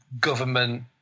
government